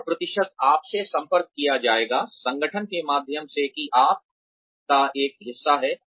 और प्रतिशत आपसे संपर्क किया जाएगा संगठन के माध्यम से कि आप का एक हिस्सा हैं